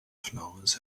flowers